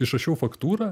išrašiau faktūrą